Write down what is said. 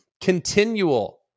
continual